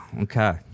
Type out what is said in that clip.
Okay